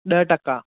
ॾह टका